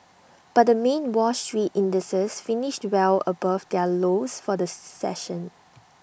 but the main wall street indices finished well above their lows for the session